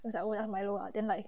我讲我要 milo ah then like